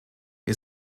wir